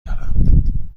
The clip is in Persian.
دارم